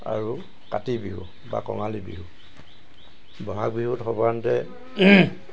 আৰু কাতি বিহু বা কঙালী বিহু বহাগ বিহুত সৰ্বসাধাৰণতে